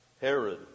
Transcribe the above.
Herod